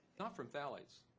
not from phthalates.